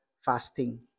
fasting